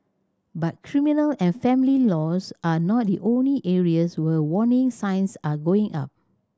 but criminal and family laws are not the only areas where warning signs are going up